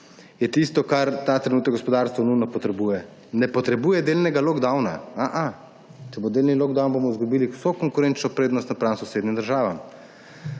je tisto, kar ta trenutek gospodarstvo nujno potrebuje. Ne potrebuje delnega lockdowna. Če bo delni lockdown, bomo izgubili vso konkurenčno prednost napram sosednjim državam,